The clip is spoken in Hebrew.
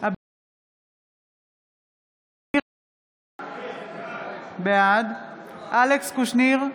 אביר קארה, בעד אלכס קושניר,